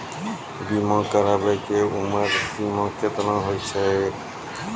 बीमा कराबै के उमर सीमा केतना होय छै?